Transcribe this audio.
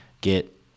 get